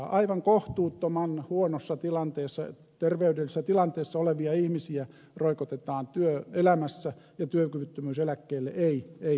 aivan kohtuuttoman huonossa terveydellisessä tilanteessa olevia ihmisiä roikotetaan työelämässä ja työkyvyttömyyseläkkeelle ei pääse